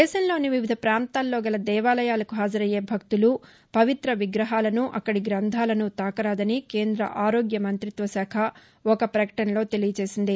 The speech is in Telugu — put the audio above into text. దేశంలోని వివిధ ప్రాంతాల్లోగల దేవాలయాలకు హాజరయ్యే భక్తులు పవిత విగ్రహాలను అక్కడి గ్రంధాలను తాకరాదని కేంద్ర అరోగ్యమంత్రిత్వ శాఖ ఒక ప్రకటనలో తెలియచేసింది